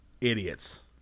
idiots